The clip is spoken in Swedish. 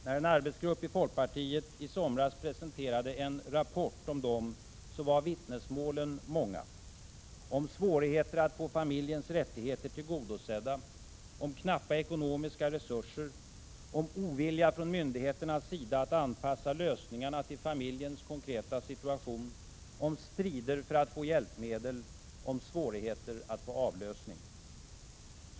När en arbetsgrupp i folkpartiet i somras presenterade en rapport om dem var vittnesmålen många: om svårigheter att få familjens rättigheter tillgodosedda, om knappa ekonomiska resurser, om ovilja från myndigheternas sida att anpassa lösningarna till familjens konkreta situation, om strider för att få hjälpmedel, om svårigheter att få avlösning.